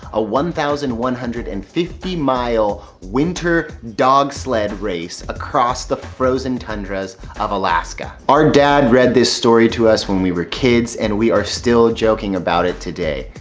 ah one thousand one hundred and fifty mile winter dog sled race across the frozen tundra of alaska. our dad read this story to us when we were kids, and we are still joking about it today.